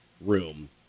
room